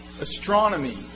Astronomy